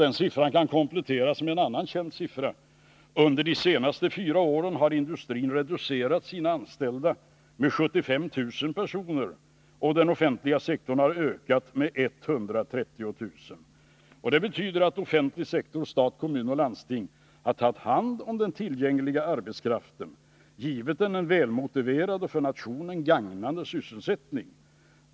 Den siffran kan kompletteras med en annan känd siffra. Under de senaste fyra åren har industrin reducerat sina anställda med 75 000 personer, och den offentliga sektorn har ökat med 130 000. Det betyder att den offentliga sektorn — stat, kommun och landsting — har tagit hand om den tillgängliga arbetskraften, givit den en välmotiverad och för nationen gagnande sysselsättning.